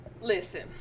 Listen